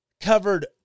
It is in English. covered